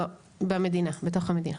לא, בתוך המדינה.